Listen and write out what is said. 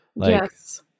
Yes